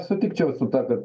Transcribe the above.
sutikčiau su tuo kad